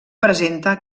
presenta